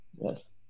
Yes